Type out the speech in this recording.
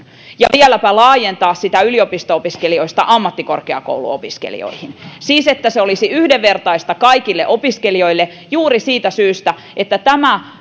ja vieläpä laajentaa sitä yliopisto opiskelijoista ammattikorkeakouluopiskelijoihin halusi siis että se olisi yhdenvertaista kaikille opiskelijoille juuri siitä syystä että tämä